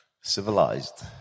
civilized